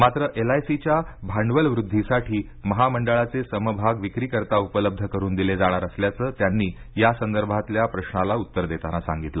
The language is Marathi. मात्र एलआयसीच्या भांडवल वृद्धीसाठी महामंडळाचे समभाग विक्रीकरता उलब्ध करून दिले जाणार असल्याचं त्यांनी यांदर्भातल्या प्रशाला उत्तर देताना सांगितलं